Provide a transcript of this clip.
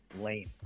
lame